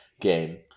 game